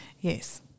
Yes